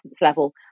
level